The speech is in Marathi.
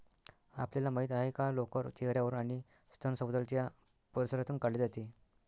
आपल्याला माहित आहे का लोकर चेहर्यावरून आणि स्तन सभोवतालच्या परिसरातून काढले जाते